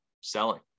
selling